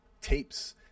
tapes